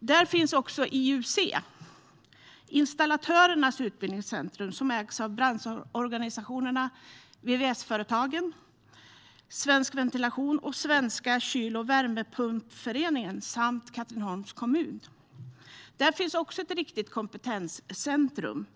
Där finns också IUC, Installatörernas Utbildningscentrum, som ägs av branschorganisationerna VVS-företagen, Svensk Ventilation och Svenska Kyl & Värmepumpföreningen samt Katrineholms kommun. Där finns också ett riktigt kompetenscentrum,